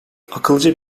akıllıca